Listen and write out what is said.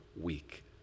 week